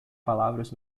palavras